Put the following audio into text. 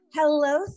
Hello